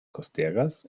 costeras